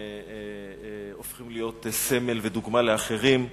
הופכים להיות סמל ודוגמה לאחרים,